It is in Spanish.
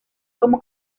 como